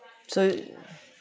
so you